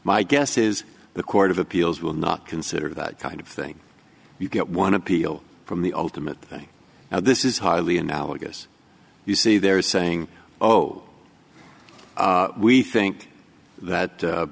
my guess is the court of appeals will not consider that kind of thing you get one appeal from the ultimate now this is highly analogous you see they're saying oh we think that